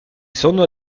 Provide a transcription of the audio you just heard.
sono